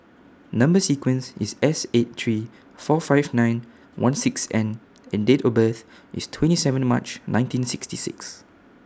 Number sequence IS S eight three four five nine one six N and Date of birth IS twenty seven March nineteen sixty six